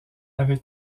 ave